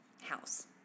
house